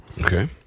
Okay